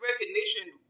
recognition